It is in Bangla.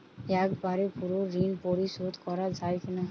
একবারে পুরো ঋণ পরিশোধ করা যায় কি না?